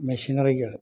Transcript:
മെഷിനറികൾ